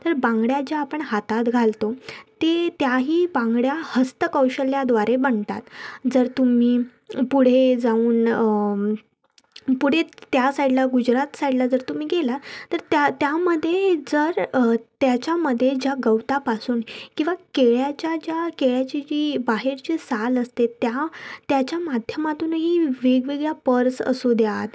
तर बांगड्या ज्या आपण हातात घालतो ते त्याही बांगड्या हस्तकौशल्याद्वारे बनतात जर तुम्ही पुढे जाऊन पुढे त्या साईडला गुजरात साईडला जर तुम्ही गेला तर त्या त्यामध्ये जर त्याच्यामध्ये ज्या गवतापासून किंवा केळ्याच्या ज्या केळ्याची जी बाहेरची साल असते त्या त्याच्या माध्यमातूनही वेगवेगळ्या पर्स असूद्यात